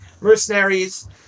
mercenaries